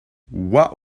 what